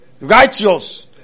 righteous